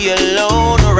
alone